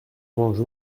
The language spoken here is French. mange